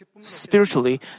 Spiritually